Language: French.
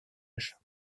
âge